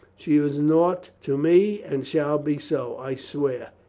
she is naught to me and shall be so, i swear.